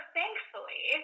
thankfully